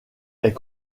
est